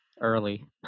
early